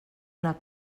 una